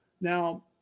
Now